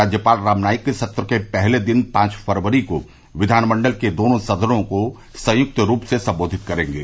राज्यपाल राम नाईक सत्र के पहले दिन पांच फरवरी को विधानमंडल के दोनों सदनों को संयुक्त रूप से संबोधित करेंगे